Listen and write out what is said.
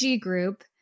group